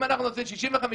אם אנחנו נעשה 65%,